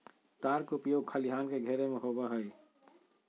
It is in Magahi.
तार के उपयोग खलिहान के घेरे में होबो हइ